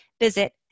visit